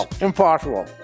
Impossible